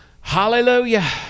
hallelujah